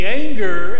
anger